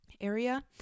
area